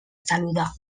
saludar